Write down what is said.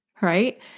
right